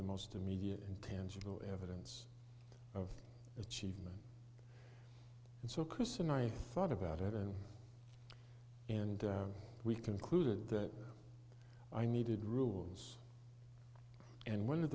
the most immediate and tangible evidence of achievement and so chris and i thought about it and we concluded that i needed rules and one of